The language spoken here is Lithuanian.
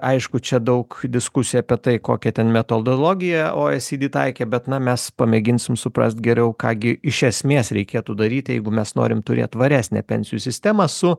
aišku čia daug diskusijų apie tai kokią ten metodologiją o e si di taikė bet na mes pamėginsim suprast geriau ką gi iš esmės reikėtų daryti jeigu mes norim turėt tvaresnę pensijų sistemą su